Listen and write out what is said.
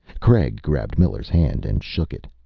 craig grabbed miller's hand and shook it.